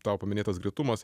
tavo paminėtas greitumas